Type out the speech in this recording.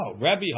Rabbi